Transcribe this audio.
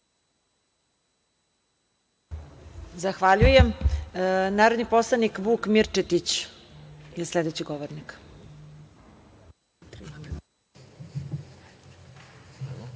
Zahvaljujem. Narodni poslanik Vuk Mirčetić je sledeći govornik.